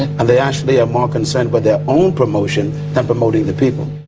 and they actually are more concerned with their own promotion than promoting the people.